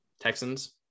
Texans